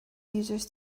users